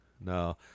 No